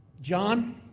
John